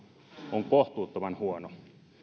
on kohtuuttoman huono